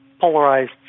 polarized